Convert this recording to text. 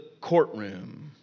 courtroom